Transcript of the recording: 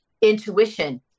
intuition